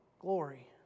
glory